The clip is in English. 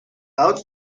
about